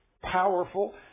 powerful